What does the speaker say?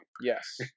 Yes